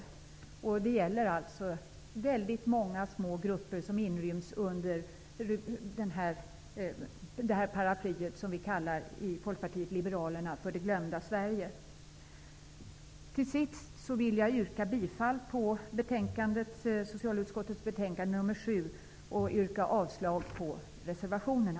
Det gäller väldigt många små grupper som inryms under det paraply som vi i Folkpartiet liberalerna kallar för det glömda Sverige. Jag vill yrka bifall till hemställan i socialutskottets betänkande nr 7 och avslag på reservationerna.